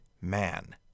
man